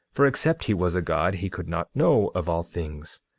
for except he was a god he could not know of all things.